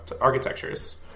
architectures